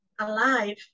Alive